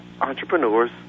entrepreneurs